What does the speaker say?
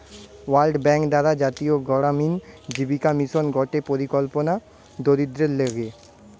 world Bank দ্বারা জাতীয় গড়ামিন জীবিকা মিশন গটে পরিকল্পনা দরিদ্রদের লিগে